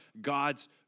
God's